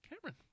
Cameron